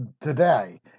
today